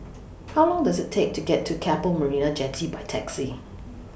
How Long Does IT Take to get to Keppel Marina Jetty By Taxi